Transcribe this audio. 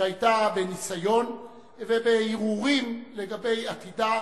שהיתה בניסיון ובהרהורים לגבי עתידה,